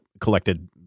collected